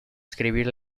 escribir